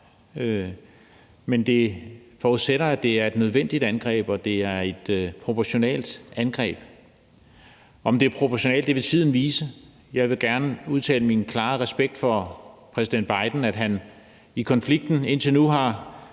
men det forudsætter, at det er et nødvendigt angreb, og at det er et proportionalt angreb. Om det er proportionalt, vil tiden vise. Jeg vil gerne udtale min klare respekt for præsident Biden, fordi han i konflikten indtil nu har